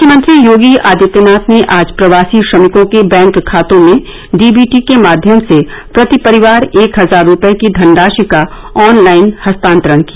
मुख्यमंत्री योगी आदित्यनाथ ने आज प्रवासी श्रमिकों के बैंक खातों में डीबीटी के माध्यम से प्रति परिवार एक हजार रूपए की धनराशि का ऑनलाइन हस्तांतरण किया